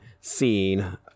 scene